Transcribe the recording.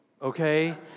okay